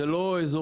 זה לא אזורים,